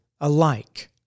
alike